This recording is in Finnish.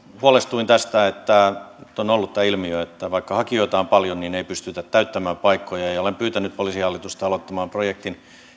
huolestuin tästä että nyt on ollut tämä ilmiö että vaikka hakijoita on paljon niin ei pystytä täyttämään paikkoja ja ja olen pyytänyt poliisihallitusta aloittamaan projektin